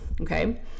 Okay